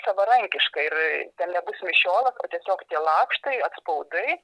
savarankišką ir ten nebus mišiolas o tiesiog tie lakštai atspaudai